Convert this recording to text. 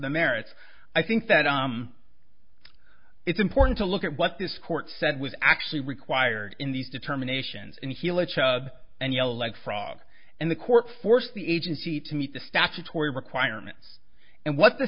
the merits i think that it's important to look at what this court said was actually required in these determinations and healing and yell like frog and the court force the agency to meet the statutory requirements and what the